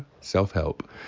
Self-help